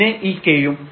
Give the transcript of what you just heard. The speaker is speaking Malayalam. പിന്നെ ഈ k യും